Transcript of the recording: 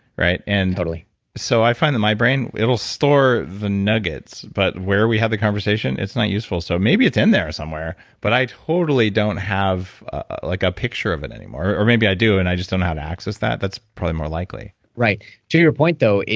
right? and totally so i find that my brain, it'll store the nuggets. but where we have the conversation, it's not useful. so maybe it's in there somewhere. but i totally don't have ah like a picture of it anymore. or maybe i do, and i just don't know how to access that. that's probably more likely right. to your point though,